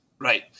Right